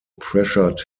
pressured